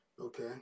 Okay